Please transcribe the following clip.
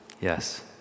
Yes